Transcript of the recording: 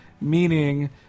meaning